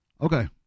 Okay